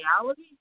reality